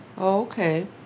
Okay